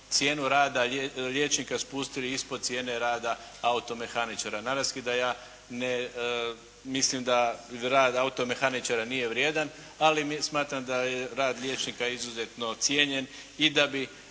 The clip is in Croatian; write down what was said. cijenu rada liječnika spustili ispod cijene rada automehaničara. Naravski da ja ne mislim da rad automehaničara nije vrijedan, ali smatram da ja rad liječnika izuzetno cijenjen i da bi